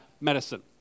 medicine